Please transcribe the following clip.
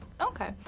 Okay